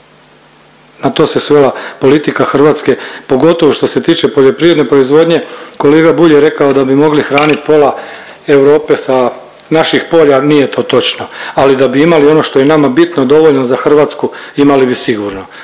Na to se svela politika Hrvatske pogotovo što se tiče poljoprivredne proizvodnje. Kolega Bulj je rekao da bi mogli hranit pola Europe sa naših polja. Nije to točno, ali da bi imali ono što je nama bitno dovoljno za Hrvatsku imali bi sigurno,